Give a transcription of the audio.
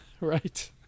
right